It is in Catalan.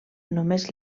només